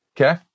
Okay